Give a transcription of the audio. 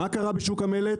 מה קרה בשוק המלט